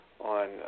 on